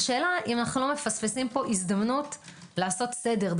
השאלה אם אנחנו לא מפספסים פה הזדמנות לעשות סדר,